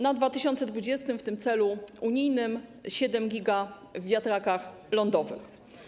Na 2020 r. w tym celu unijnym 7 giga w wiatrakach lądowych.